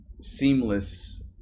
seamless